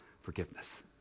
forgiveness